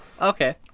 Okay